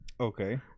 okay